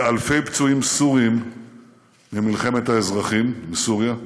באלפי פצועים סורים ממלחמת האזרחים בסוריה.